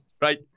right